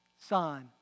Son